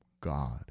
God